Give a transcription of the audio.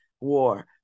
war